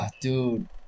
Dude